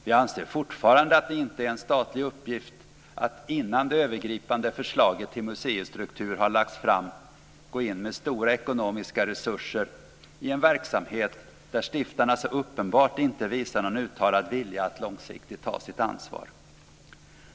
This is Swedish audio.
Vi anser fortfarande att det inte är en statlig uppgift att innan det övergripande förslaget till museistruktur har lagts fram gå in med stora ekonomiska resurser i en verksamhet där stiftarna så uppenbart inte visar någon uttalad vilja att långsiktigt ta sitt ansvar.